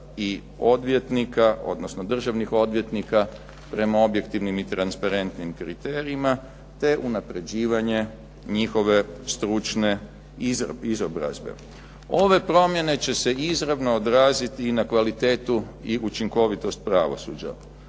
i odvjetnika, odnosno državnih odvjetnika prema objektivnim i transparentnim kriterijima, te unapređivanje njihove stručne izobrazbe. Ove promjene će se izravno odraziti i na kvalitetu i učinkovitost pravosuđa.